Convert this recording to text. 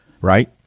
right